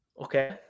Okay